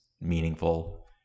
meaningful